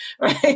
right